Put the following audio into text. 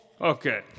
Okay